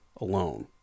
alone